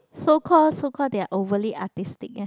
so call so call they are overly artistic ya